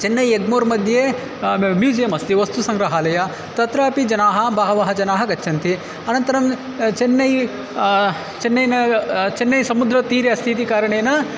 चेन्नै एग्मोर् मध्ये म्यूसियम् अस्ति वस्तुसङ्ग्रहालयः तत्रापि जनाः बहवः जनाः गच्छन्ति अनन्तरं चेन्नै चेन्नै न चेन्नै समुद्रतीरे अस्ति इति कारणेन